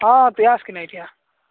ହଁ ହଁ ତୁଇ ଆସକି ନା ଏଠିଆ